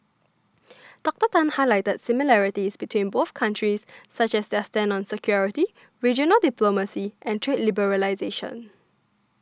Doctor Tan highlighted similarities between both countries such as their stand on security regional diplomacy and trade liberalisation